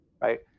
Right